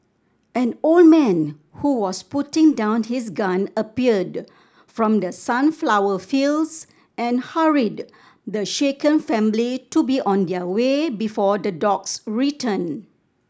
an old man who was putting down his gun appeared from the sunflower fields and hurried the shaken family to be on their way before the dogs return